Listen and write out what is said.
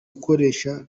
ukoresha